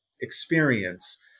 experience